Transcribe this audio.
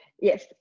Yes